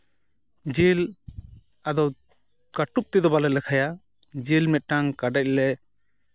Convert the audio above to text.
ᱡᱤᱞ ᱟᱫᱚ ᱠᱟᱹᱴᱩᱵ ᱛᱮᱫᱚ ᱵᱟᱞᱮ ᱞᱮᱠᱷᱟᱭᱟ ᱡᱤᱞ ᱢᱤᱫᱴᱟᱱ ᱠᱟᱰᱮᱡ ᱞᱮ